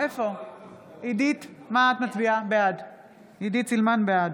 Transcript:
בעד בצלאל סמוטריץ'